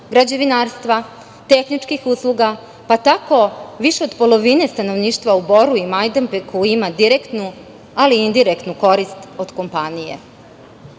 građevinarstva, tehničkih usluga, pa tako više od polovine stanovništva u Boru i Majdanpeku ima direktnu, ali i indirektnu korist od kompanije. Korist